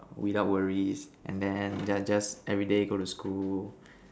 without worries and then yeah just everyday go to school